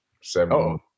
seven